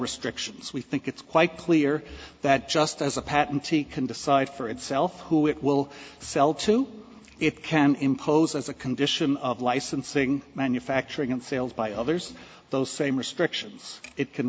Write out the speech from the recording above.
restrictions we think it's quite clear that just as a patentee can decide for itself who it will sell to it can impose as a condition of licensing manufacturing and sales by others those same restrictions it can